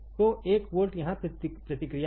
तो 1 वोल्ट यहाँ प्रतिक्रिया है